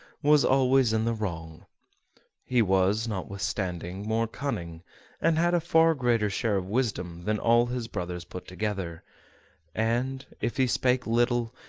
was always in the wrong he was, notwithstanding, more cunning and had a far greater share of wisdom than all his brothers put together and, if he spake little,